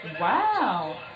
Wow